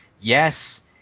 yes